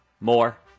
More